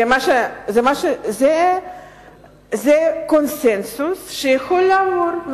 זה קונסנזוס שיכול לעבור.